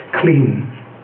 clean